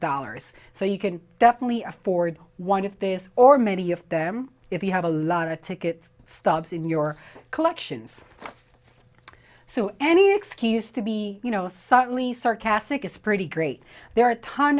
dollars so you can definitely afford one if there are many of them if you have a lot of tickets stubs in your collections so any excuse to be you know suddenly sarcastic is pretty great there are a ton